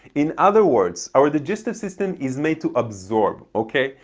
in other words our digestive system is made to absorb, okay?